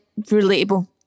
relatable